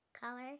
Color